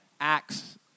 acts